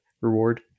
reward